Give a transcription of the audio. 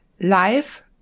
life